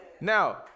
Now